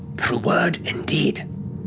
through word and deed,